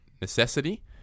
necessity